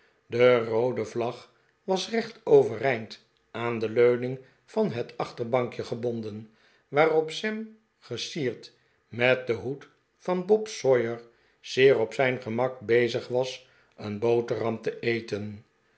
de roode vlag was recht overeind aan de leuning van het achterbankje gebonden waarop sam gesierd met den hoed van bob sawyer zeer op zijn gemak bezig was een boterham te eten